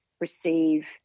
receive